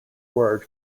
word